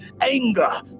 anger